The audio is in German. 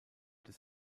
des